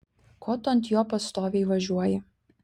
ko tu ant jo pastoviai važiuoji